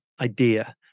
idea